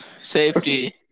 Safety